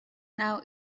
now